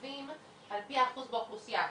מתוקצבים על פי האחוז באוכלוסייה,